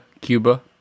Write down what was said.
Cuba